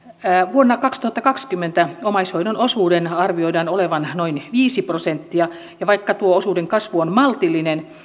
vuonna kaksituhattakaksikymmentä omaishoidon osuuden arvioidaan olevan noin viisi prosenttia ja vaikka tuo osuuden kasvu on maltillinen